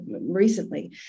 recently